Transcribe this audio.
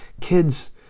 Kids